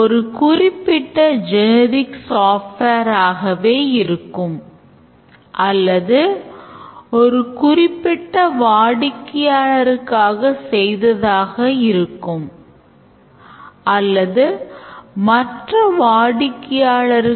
நாம் இந்த விரிவுரையின் முடிவில் இருக்கிறோம் அடுத்த விரிவுரையில் class வரைபடத்தை இன்னும் விரிவாக விவாதிப்போம்